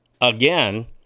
again